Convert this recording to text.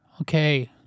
Okay